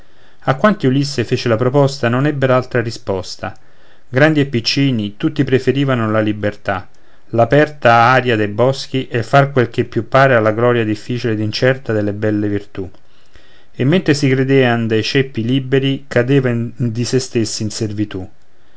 a quanti ulisse fece la proposta non ebbe altra risposta grandi e piccini tutti preferivano la libertà l'aperta aria dei boschi e il far quel che più pare alla gloria difficile ed incerta delle belle virtù e mentre si credean dai ceppi liberi cadevan di se stessi in servitù